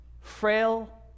frail